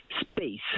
space